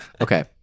Okay